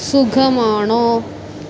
സുഖമാണോ